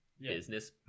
business